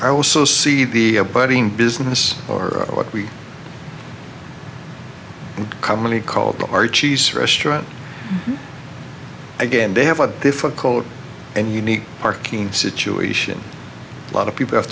i also see the a budding business or what we commonly called the archies restaurant again they have a difficult and unique parking situation a lot of people have